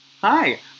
Hi